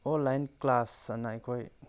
online class ꯍꯥꯏꯅ ꯑꯩꯈꯣꯏ